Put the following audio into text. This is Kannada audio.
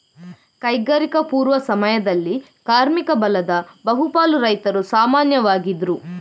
ಕೈಗಾರಿಕಾ ಪೂರ್ವ ಸಮಯದಲ್ಲಿ ಕಾರ್ಮಿಕ ಬಲದ ಬಹು ಪಾಲು ರೈತರು ಸಾಮಾನ್ಯವಾಗಿದ್ರು